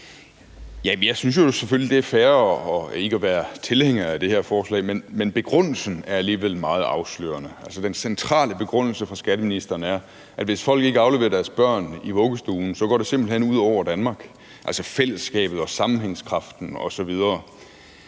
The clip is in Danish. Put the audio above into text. Jeg synes jo selvfølgelig, det er fair ikke at være tilhænger af det her forslag, men begrundelsen er alligevel meget afslørende. Altså, den centrale begrundelse fra skatteministeren er, at hvis folk ikke afleverer deres børn i vuggestuen, så går det simpelt hen ud over Danmark, altså fællesskabet, sammenhængskraften osv.